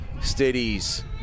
steadies